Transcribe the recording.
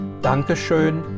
Dankeschön